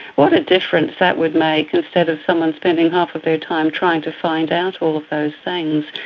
what a difference that would make instead of someone spending half of their time trying to find out all of those things.